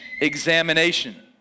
examination